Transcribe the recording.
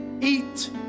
eat